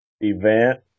event